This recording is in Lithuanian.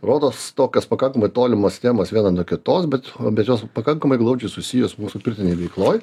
rodos tokios pakankamai tolimos temos viena nuo kitos bet bet jos pakankamai glaudžiai susiję su mūsų pirtinėj veikloj